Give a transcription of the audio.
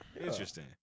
Interesting